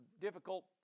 difficult